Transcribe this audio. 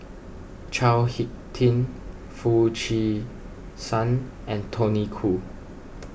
Chao Hick Tin Foo Chee San and Tony Khoo